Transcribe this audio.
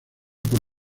por